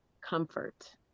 Comfort